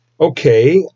Okay